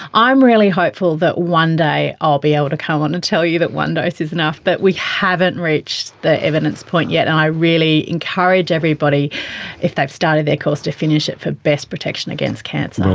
i'm really hopeful that one day i'll be able to come on and tell you that one dose is enough, but we haven't reached the evidence point yet and i really encourage everybody if they've started their course to finish it for best protection against cancer.